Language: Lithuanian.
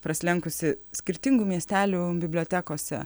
prasilenkusi skirtingų miestelių bibliotekose